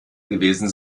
gewesen